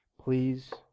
Please